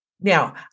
Now